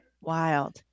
wild